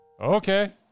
Okay